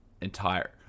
entire